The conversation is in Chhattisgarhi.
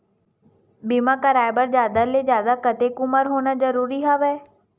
बीमा कराय बर जादा ले जादा कतेक उमर होना जरूरी हवय?